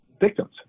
victims